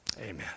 Amen